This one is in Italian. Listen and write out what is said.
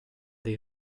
dei